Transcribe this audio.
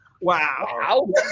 wow